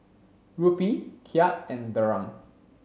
Rupee Kyat and Dirham